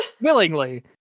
willingly